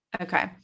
okay